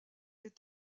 est